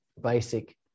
basic